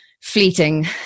fleeting